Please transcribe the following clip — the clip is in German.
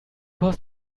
post